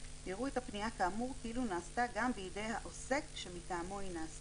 יראו את הפניה כאמור כאילו נעשתה גם בידי העוסק שמטעמו היא נעשתה.